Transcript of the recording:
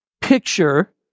picture